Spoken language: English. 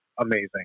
amazing